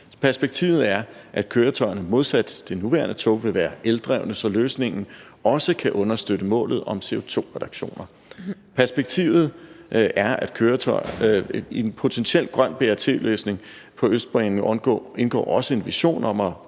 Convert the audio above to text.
Perspektivet er, at køretøjerne modsat det nuværende tog vil være eldrevne, så løsningen også kan understøtte målet om CO2-reduktioner. I en potentiel grøn BRT-løsning på Østbanen indgår også en vision om at